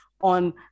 on